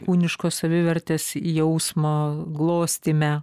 kūniškos savivertės jausmo glostyme